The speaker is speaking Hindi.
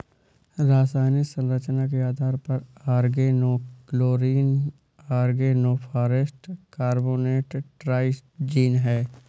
रासायनिक संरचना के आधार पर ऑर्गेनोक्लोरीन ऑर्गेनोफॉस्फेट कार्बोनेट ट्राइजीन है